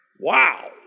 Wow